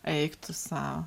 eik tu sau